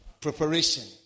Preparation